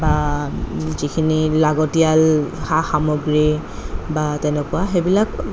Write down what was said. বা যিখিনি লাগতিয়াল সা সামগ্ৰী বা তেনেকুৱা সেইবিলাক